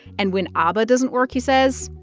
and when abba doesn't work, he says,